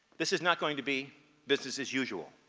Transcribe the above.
this is not going to be business as usual.